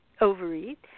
overeat